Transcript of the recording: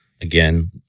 Again